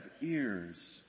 ears